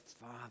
father